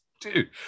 Dude